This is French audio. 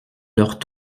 leurs